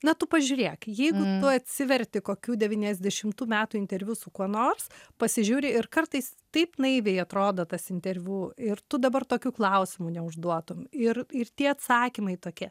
na tu pažiūrėk jeigu tu atsiverti kokių devyniasdešimtų metų interviu su kuo nors pasižiūri ir kartais taip naiviai atrodo tas interviu ir tu dabar tokių klausimų neužduotum ir ir tie atsakymai tokie